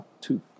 two